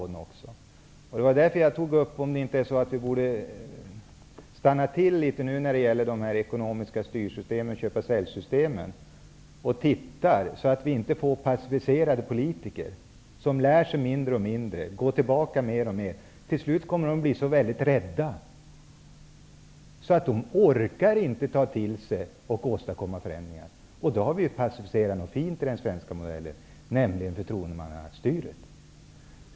Det var därför som jag tog upp frågan om att vi kanske borde stanna upp litet när det gäller de ekonomiska styrsystemen, köpa--säljsystemen, och se till att vi inte får passiviserade politiker som lär sig allt mindre och går tillbaka mer och mer. Till slut kommer de att bli så rädda att de inte orkar ta till sig och åstadkomma förändringar. Då har vi passiviserat något fint i den svenska modellen, nämligen förtroendemannastyret.